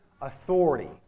authority